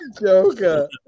Joker